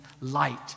light